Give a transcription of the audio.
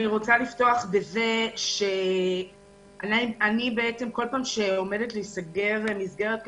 אני רוצה לפתוח בזה שבכל פעם שעומדת להיסגר מסגרת כזאת,